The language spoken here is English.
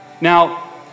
Now